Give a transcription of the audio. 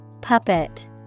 Puppet